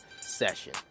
session